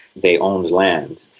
they owned land,